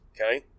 Okay